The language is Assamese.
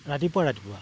ৰাতিপুৱা ৰাতিপুৱা